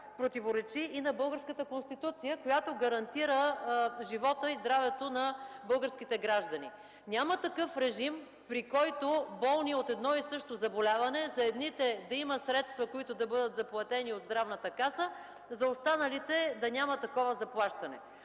противоречи и на българската Конституция, която гарантира живота и здравето на българските граждани. Няма такъв режим, при който болни от едно и също заболяване – за едните да има средства, които да бъдат заплатени от Здравната каса, а за останалите да няма такова заплащане.